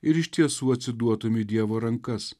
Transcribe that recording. ir iš tiesų atsiduotum į dievo rankas